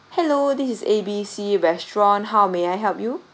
hello this is A B C restaurant how may I help you